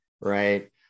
Right